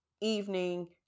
evening